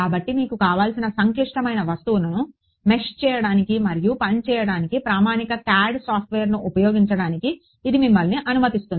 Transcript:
కాబట్టి మీకు కావలసిన సంక్లిష్టమైన వస్తువును మెష్ చేయడానికి మరియు పని చేయడానికి ప్రామాణిక CAD సాఫ్ట్వేర్ను ఉపయోగించడానికి ఇది మిమ్మల్ని అనుమతిస్తుంది